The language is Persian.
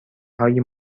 های